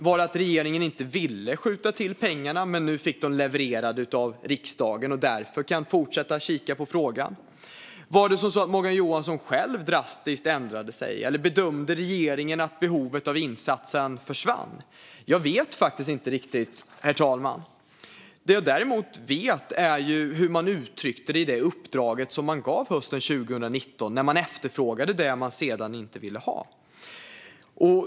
Var det att regeringen inte ville skjuta till pengarna men nu fick dem levererade av riksdagen och därför kan fortsätta att kika på frågan? Eller var det Morgan Johansson själv som drastiskt ändrade sig? Eller bedömde regeringen att behovet av insatsen försvann? Jag vet inte riktigt, herr talman. Det jag däremot vet är hur man uttryckte det i det uppdrag som man gav hösten 2019, då man efterfrågade det man sedan inte ville ha.